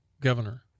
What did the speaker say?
governor